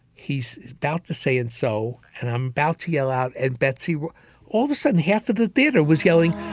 he's about to say and so and i'm about to yell out at betsy where all of a sudden half of the theater was yelling